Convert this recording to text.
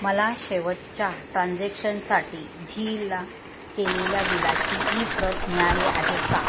मला शेवटच्या ट्रान्झॅक्शनसाठी झीला केलेल्या बिलाची ई प्रत मिळाली आहे का